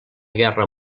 guerra